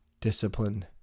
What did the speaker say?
discipline